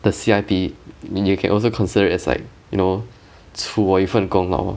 the C_I_P mm you can also consider it as like you know 出我一份功劳